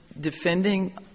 defending